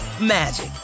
magic